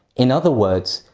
in other words,